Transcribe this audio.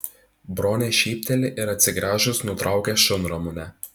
bronė šypteli ir atsigręžus nutraukia šunramunę